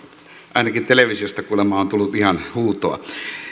ainakin televisiosta kuulemma on tullut ihan huutoa